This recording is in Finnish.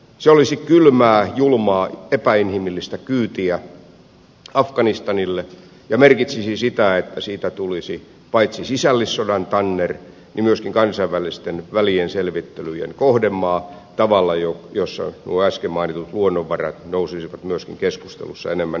se olisi kylmää julmaa epäinhimillistä kyytiä afganistanille ja merkitsisi sitä että siitä tulisi paitsi sisällissodan tanner myöskin kansainvälisten välienselvittelyjen kohdemaa tavalla jossa nuo äsken mainitut luonnonvarat nousisivat myöskin keskustelussa enemmän esille